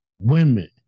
Women